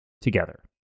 together